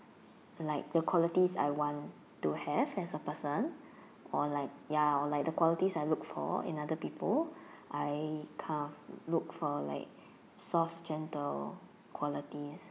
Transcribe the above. like the qualities I want to have as a person or like ya or like the qualities I look for in other people I kind of look for like soft gentle qualities